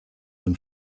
than